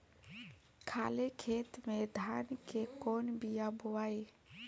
खाले खेत में धान के कौन बीया बोआई?